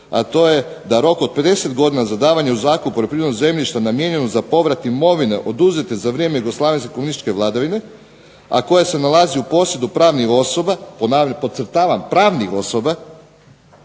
a to je da rok od 50 godina za davanje u zakup poljoprivrednog zemljišta namijenjenu za povrat imovine oduzete za vrijeme jugoslavenske komunističke vladavine, a koje se nalazi u posjedu pravnih osoba, podcrtavam pravnih osoba,